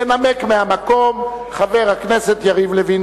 ינמק מהמקום חבר הכנסת יריב לוין.